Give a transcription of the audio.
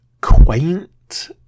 quaint